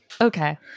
Okay